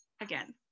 again